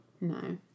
No